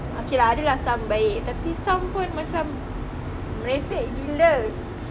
okay lah ada lah some baik tapi some pun macam merepek gila